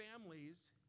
families